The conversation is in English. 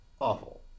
Awful